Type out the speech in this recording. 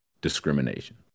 discrimination